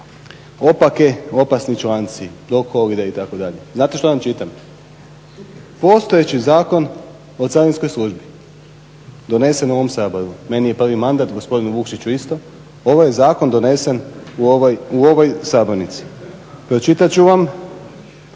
Opaki, opasni članci, Doc Holiday itd. Znate što vam čitam? Postojeći Zakon o Carinskoj službi donesen u ovom Saboru. Meni je prvi mandat, gospodinu Vukšiću isto, ovo je zakon donesen u ovoj sabornici. Pročitat ću vam